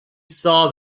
saw